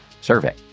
survey